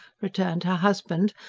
returned her husband,